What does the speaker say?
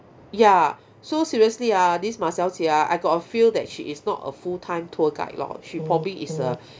ya so seriously ah this ma xiao jie ah I got a feel that she is not a full time tour guide lor she probably is a